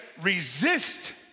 resist